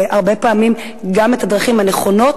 והרבה פעמים גם את הדרכים הנכונות,